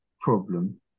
problem